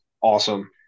awesome